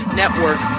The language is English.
network